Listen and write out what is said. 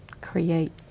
create